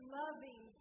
loving